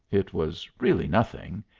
it was really nothing.